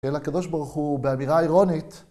אל הקדוש ברוך הוא באמירה אירונית.